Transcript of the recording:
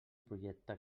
projecte